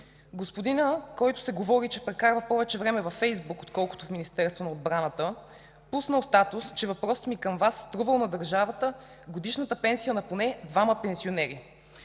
Господинът, който се говори, че прекарвал повече време във Фейсбук, отколкото в Министерството на отбраната, пуснал статус, че въпросът ми към Вас струвал на държавата годишната пенсия на поне двама пенсионери.